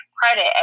credit